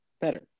Better